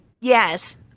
Yes